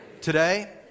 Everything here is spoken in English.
Today